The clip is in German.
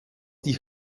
die